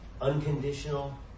unconditional